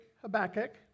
Habakkuk